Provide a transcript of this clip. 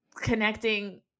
connecting